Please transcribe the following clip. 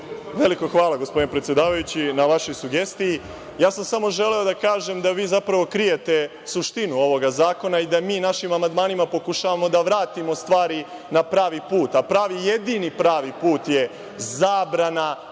Veliko hvala, gospodine predsedavajući, na vašoj sugestiji. Samo sam želeo da kažem da vi zapravo krijete suštinu ovog zakona i da mi našim amandmanima pokušavamo da vratimo stvari na pravi put, a jedini pravi put je zabrana